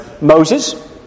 Moses